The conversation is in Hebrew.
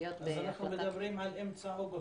משמעותיות בהחלטה --- אז אנחנו מדברים על אמצע אוגוסט,